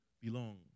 belong